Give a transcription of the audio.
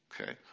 Okay